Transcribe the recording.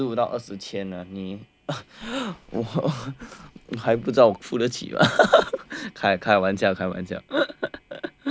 十五到二十千呢你我还不知道我负得起吗开玩笑开玩笑